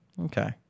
Okay